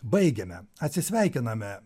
baigiame atsisveikiname